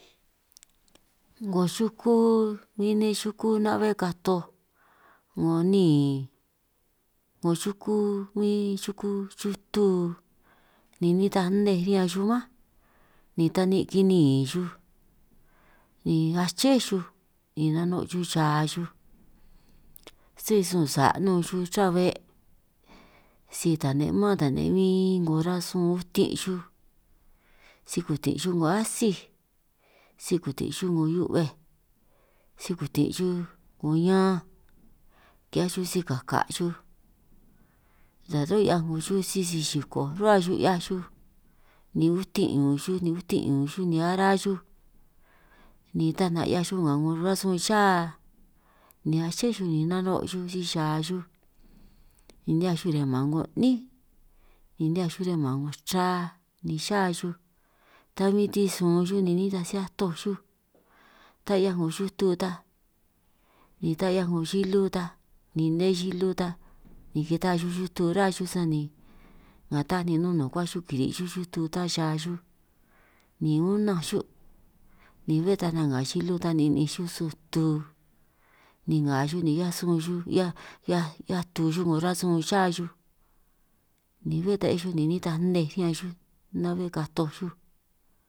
'Ngo xuku huin na'be katoj 'ngo niin 'ngo xuku huin xuku xutu ni nitaj nnej riñan xuj mánj, ni ta kinin ni aché xuj ni nano' xuj cha xuj sé sun sa' nun xuj chuabe', si tane' mán tane' huin 'ngo rasun utin' xuj, si kutinj xuj 'ngo atsíj si kutin' xuj 'ngo hiu'bej, si kutin' xuj 'ngo ñanj ki'hiaj xuj sikaka' xuj, ta run' 'hiaj 'ngo xuj sisi xikoj ruhua xuj 'hiaj xuj ni utin' ñun xuj ni utin' ñunj xuj ni ara xuj ni taj nanj 'hiaj xuj nga 'ngo rasun xa, ni aché xuj ni nano' xuj si xa xuj ni nihiaj xuj riñan man 'ngo 'nín, ni nihiaj xuj riñan man 'ngo chra ni xa xuj ta min tisun xuj ni nitaj si atoj xuj, taj 'hiaj 'ngo xutu ta ni ta 'hiaj 'ngo xilu ta ni nne xilu ta, ni kita'a xuj xutu ruhua xuj sani ka ta ni nunukuaj xuj kiri' xuj xutu ta xa xuj, ni unanj xuj ni bé ta nanj nga xilu ta ni 'ninj xuj sun tu, ni nga xuj ni ki'hiaj sun xuj 'hiaj 'hiaj 'hiaj tu xuj, 'ngo rasun xa xuj ni bé ta 'hiaj xuj ni nita nnej riñan xuj na'bbe katoj xuj.